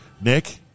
Nick